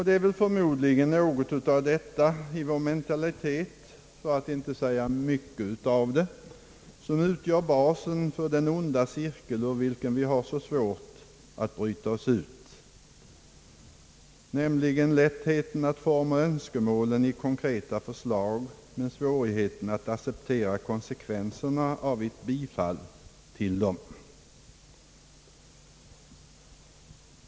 Det är förmodligen något av detta i vår mentalitet — för att inte säga mycket av det — som utgör basen för den onda cirkel ur vilken vi har så svårt att bryta oss, nämligen lättheten att forma önskemålen i konkreta förslag men svårigheten att acceptera konsekvenserna av ett bifall till dem.